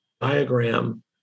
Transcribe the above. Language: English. diagram